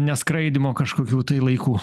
neskraidymo kažkokių tai laiku